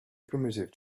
primitive